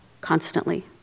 constantly